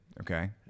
Okay